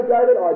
David